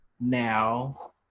Now